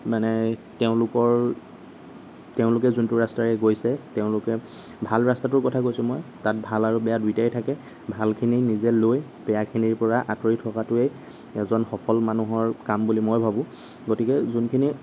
মানে তেওঁলোকৰ তেওঁলোকে যোনটো ৰাষ্টাৰে গৈছে তেওঁলোকে ভাল ৰাস্তাটোৰ কথা কৈছোঁ মই তাত ভাল আৰু বেয়া দুইটাই থাকে ভালখিনি নিজে লৈ বেয়াখিনিৰ পৰা আঁতৰি থকাটোৱে এজন সফল মানুহৰ কাম বুলি মই ভাবোঁ গতিকে যোনখিনি